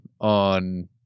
on